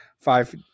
five